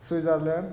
Switzerland